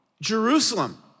Jerusalem